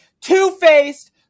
two-faced